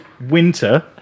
winter